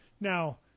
Now